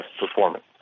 performance